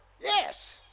yes